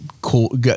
cool